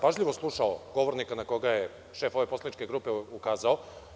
Pažljivo sam slušao govornika na koga je šef ove poslaničke grupe ukazao.